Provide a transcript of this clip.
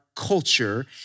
Culture